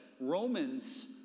Romans